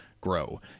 grow